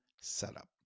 setup